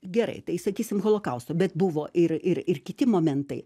gerai tai sakysim holokausto bet buvo ir ir ir kiti momentai